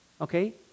okay